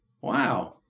Wow